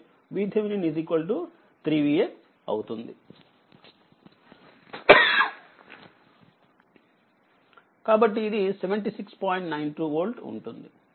92 వోల్ట్ఉంటుంది మరియుix Vx46